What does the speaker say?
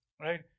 Right